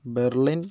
Berlin